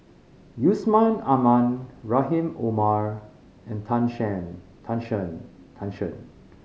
Yusman Aman Rahim Omar and Tan Tan Shen Tan Shen